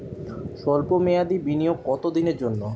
সল্প মেয়াদি বিনিয়োগ কত দিনের জন্য?